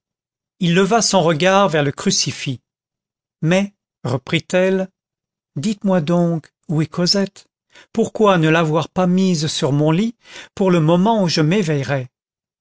il leva son regard vers le crucifix mais reprit-elle dites-moi donc où est cosette pourquoi ne l'avoir pas mise sur mon lit pour le moment où je